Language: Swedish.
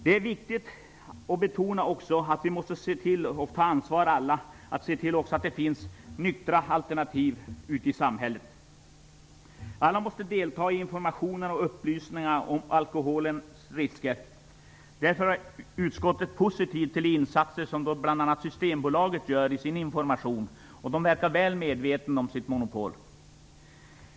Det är också viktigt att betona att vi alla måste ta ansvar för att se till att det finns nyktra alternativ ute i samhället. Alla måste delta i informationen och upplysningarna om alkoholens risker. Därför är utskottet positivt till de insatser som bl.a. Systembolaget gör i sin information. På Systembolaget verkar man vara väl medveten om sitt monopol.